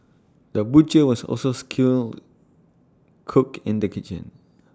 the butcher was also skilled cook in the kitchen